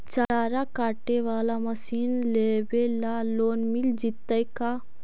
चारा काटे बाला मशीन लेबे ल लोन मिल जितै का?